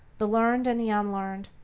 the learned and the unlearned,